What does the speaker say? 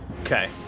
Okay